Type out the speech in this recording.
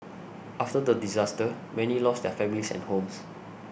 after the disaster many lost their families and homes